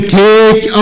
take